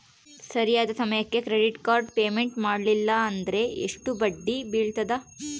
ಸರಿಯಾದ ಸಮಯಕ್ಕೆ credit card payment ಮಾಡಲಿಲ್ಲ ಅಂದ್ರೆ ಎಷ್ಟು ಬಡ್ಡಿ ಬೇಳ್ತದ?